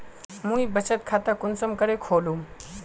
मुई बचत खता कुंसम करे खोलुम?